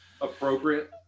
appropriate